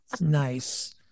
nice